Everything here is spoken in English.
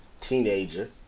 teenager